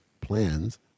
plans